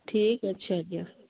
ଠିକ୍ ଆଚ୍ଛା ଆଜ୍ଞା